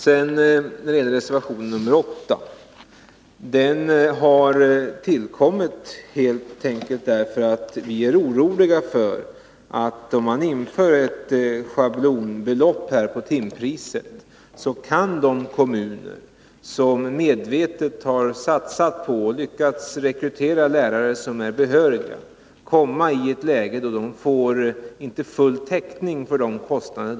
När det sedan gäller reservation nr 8 så har den tillkommit helt enkelt därför att vi är oroliga för att om man inför ett schablonbelopp på timpriset, kan de kommuner som medvetet satsat på och lyckats rekrytera behöriga lärare kommaii ett läge, där de inte får full täckning för sina kostnader.